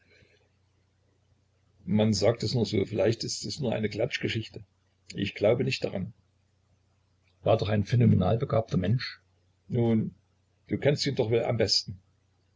man sagt es nur so vielleicht ist es nur eine klatschgeschichte ich glaube nicht daran war doch ein phänomenal begabter mensch nun du kennst ihn doch wohl am besten